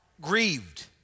grieved